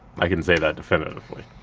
i can say that definitively.